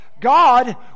god